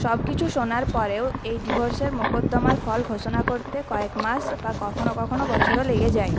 সবকিছু শোনার পরেও এই ডিভোর্সের মোকদ্দমার ফল ঘোষণা করতে কয়েক মাস বা কখনো কখনো বছরও লেগে যায়